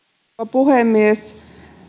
puhemies